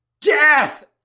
death